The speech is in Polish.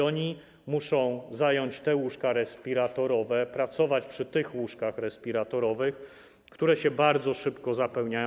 Oni muszą zająć te łóżka respiratorowe, pracować przy tych łóżkach respiratorowych, które się bardzo szybko zapełniają.